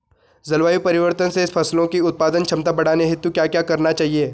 जलवायु परिवर्तन से फसलों की उत्पादन क्षमता बढ़ाने हेतु क्या क्या करना चाहिए?